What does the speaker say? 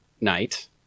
night